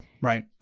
Right